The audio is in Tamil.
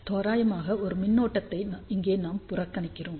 தோராயமாக ஒரு மின்னோட்டத்தை இங்கே நாம் புறக்கணிக்கிறோம்